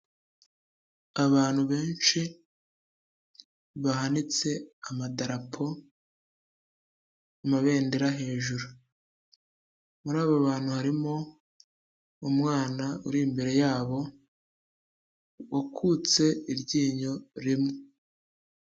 Abantu benshi bahanitse amadarapo, amabendera hejuru. Muri abo bantu harimo umwana uri imbere yabo, wakutse iryinyo rimwe.